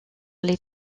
les